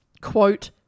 quote